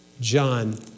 John